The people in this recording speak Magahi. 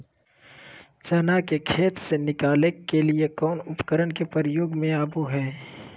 चना के खेत से निकाले के लिए कौन उपकरण के प्रयोग में आबो है?